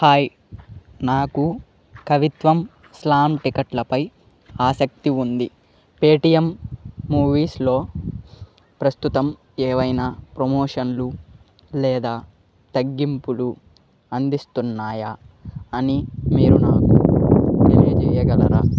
hi నాకు కవిత్వం slam టికెట్లపై ఆసక్తి ఉంది పేటీఎం మూవీస్లో ప్రస్తుతం ఏవైనా ప్రమోషన్లు లేదా తగ్గింపులు అందిస్తున్నాయా అని మీరు నాకు తెలియజేయగలరా